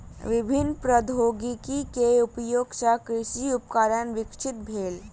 विभिन्न प्रौद्योगिकी के उपयोग सॅ कृषि उपकरण विकसित भेल